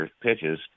pitches